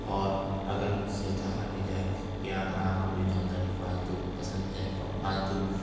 اور اگر مجھ سے کہا بھی جائے کہ اگر آپ کو کوئی جانور فالتو پسند ہے پالتو